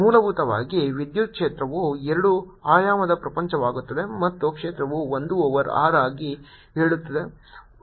ಮೂಲಭೂತವಾಗಿ ವಿದ್ಯುತ್ ಕ್ಷೇತ್ರವು ಎರಡು ಆಯಾಮದ ಪ್ರಪಂಚವಾಗುತ್ತದೆ ಮತ್ತು ಕ್ಷೇತ್ರವು 1 ಓವರ್ r ಆಗಿ ಹೋಗುತ್ತದೆ ಎಂದು ನನಗೆ ತಿಳಿದಿದೆ